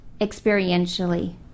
experientially